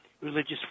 religious